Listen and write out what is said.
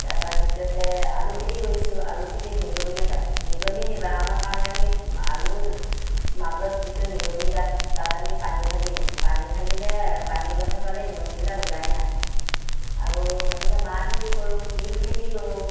তাৰপৰা দ্বিতীয়তে আলু খেতি কৰিছোঁ আলু খেতি নিগনিয়ে পায় নিগনি নিবাৰণৰ কাৰণে আমি আলুৰ মাজত যিটো নিগনি গাঁত তাত আমি পানী ঢালি দিওঁ পানী ঢালিলে পানী গোন্ধ পালে নিগনিবিলাক ওলাই নাহে আৰু এনেকৈ মাহ খেতি কৰোঁ তিল খেতি কৰোঁ